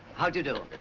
how do you do?